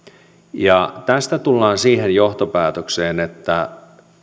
ja tästä tullaan siihen johtopäätökseen että